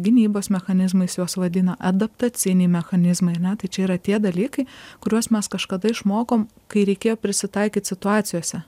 gynybos mechanizmais juos vadina adaptaciniai mechanizmai ane tai čia yra tie dalykai kuriuos mes kažkada išmokom kai reikėjo prisitaikyt situacijose